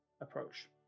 approach